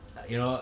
like you know